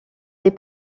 les